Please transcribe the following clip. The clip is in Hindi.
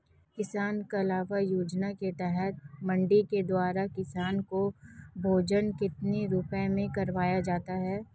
किसान कलेवा योजना के तहत मंडी के द्वारा किसान को भोजन कितने रुपए में करवाया जाता है?